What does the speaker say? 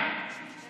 נמנענו מסגרים,